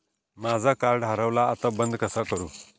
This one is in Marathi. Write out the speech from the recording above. माझा कार्ड हरवला आता बंद कसा करू?